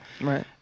Right